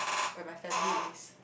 where my family is